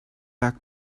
back